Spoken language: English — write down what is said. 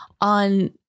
on